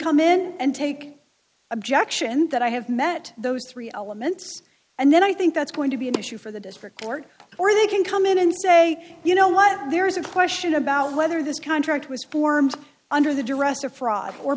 come in and take objection that i have met those three elements and then i think that's going to be an issue for the district court or they can come in and say you know what there is a question about whether this contract was formed under the duress of fraud or